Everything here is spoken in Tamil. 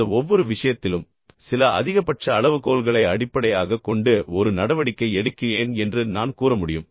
இந்த ஒவ்வொரு விஷயத்திலும் சில அதிகபட்ச அளவுகோல்களை அடிப்படையாகக் கொண்டு ஒரு நடவடிக்கை எடுக்கிறேன் என்று நான் கூற முடியும்